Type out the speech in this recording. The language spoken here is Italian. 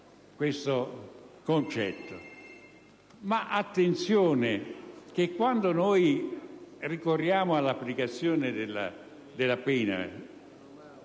Ma attenzione, quando noi ricorriamo all'applicazione della pena